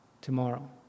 tomorrow